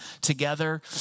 together